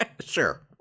sure